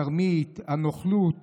הדרך הפסולה, התרמית, הנוכלות